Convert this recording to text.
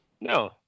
No